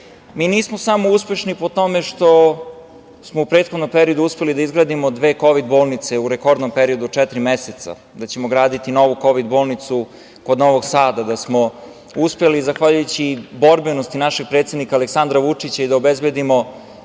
Mi nismo samo uspešni po tome što smo u prethodnom periodu uspeli da izgradimo dve kovid bolnice u rekordnom periodu, za četiri meseca, da ćemo graditi novu kovid bolnicu kod Novog Sada, da smo uspeli, zahvaljujući borbenosti našeg predsednika Aleksandra Vučića, i da obezbedimo